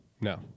No